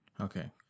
Okay